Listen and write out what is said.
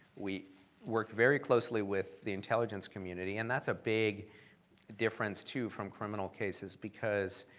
we work very closely with the intelligence community, and that's a big difference, too, from criminal cases because